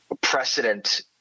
precedent